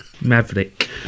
Maverick